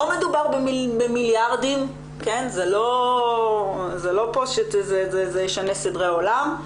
לא מדובר במיליארדים, זה לא ישנה סדרי עולם.